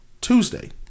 Tuesday